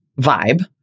vibe